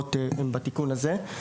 עבירות בתיקון הזה.